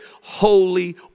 holy